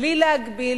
בלי להגביל,